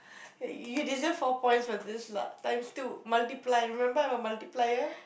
you you deserve four points for this lah times two multiply remember multiplier